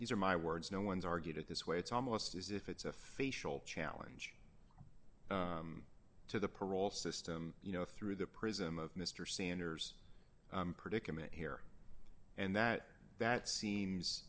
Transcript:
these are my words no one's argued it this way it's almost as if it's a facial challenge to the parole system you know through the prism of mr sanders predicament here and that that